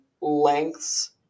lengths